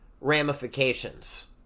ramifications